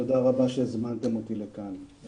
תודה רבה שהזמנתם אותי לכאן.